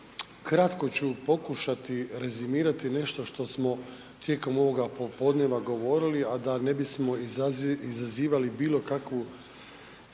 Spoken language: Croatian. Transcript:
kratko ću pokušati rezimirati nešto što smo ovoga popodneva govorili, a da ne bismo izazivali bilo kakvu